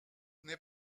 n’est